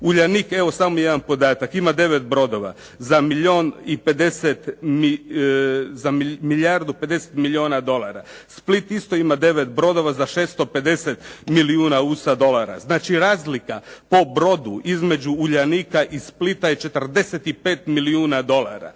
Uljanik, evo samo jedan podatak, ima 9 brodova za milijardu 50 milijuna dolara. Split isto ima 9 brodova za 650 milijuna USA dolara. Znači razlika po brodu između Uljanika i Splita je 45 milijuna dolara.